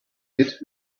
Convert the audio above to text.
did